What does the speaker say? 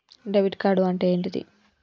Debit card అంటే ఏంటిది?